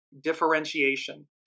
differentiation